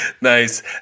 nice